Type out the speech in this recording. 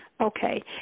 Okay